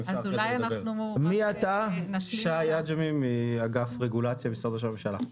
אני מאגף רגולציה במשרד ראש הממשלה.